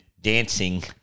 dancing